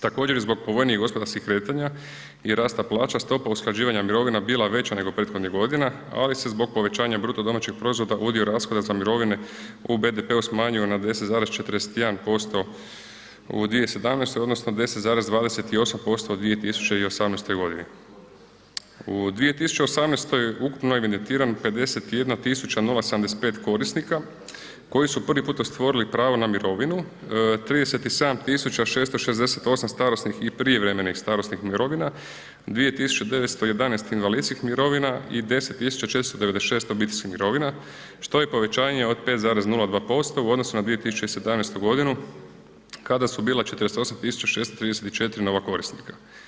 Također i zbog povoljnijih gospodarskih kretanja i rasta plaća, stopa usklađivanja mirovina bila veća nego prethodnih godina, ali se zbog povećanja BDP-a udio rashoda za mirovine u BDP-u smanjio na 10,41% u 2017. odnosno 10,28% u 2018.g. U 2018. ukupno je evidentiran 51.075 korisnika koji su prvi puta ostvarili pravo na mirovinu, 37.668 starosnih i prijevremenih starosnih mirovina, 2.911 invalidskih mirovina i 10.496 obiteljskih mirovina što je povećanje od 5,02% u odnosu na 2017. godinu kada su bila 48.634 nova korisnika.